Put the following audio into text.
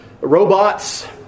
robots